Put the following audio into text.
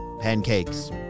pancakes